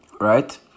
right